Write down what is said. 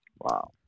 Wow